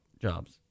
jobs